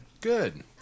Good